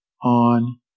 on